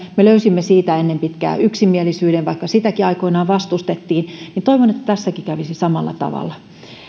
me löysimme siitä ennen pitkää yksimielisyyden vaikka sitäkin aikoinaan vastustettiin niin toivon että tässäkin kävisi samalla tavalla